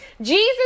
Jesus